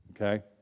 Okay